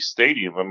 Stadium